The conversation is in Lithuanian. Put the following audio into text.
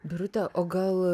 birute o gal